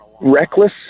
reckless